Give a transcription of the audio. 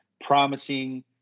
promising